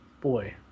Boy